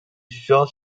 short